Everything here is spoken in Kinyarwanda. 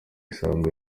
isanga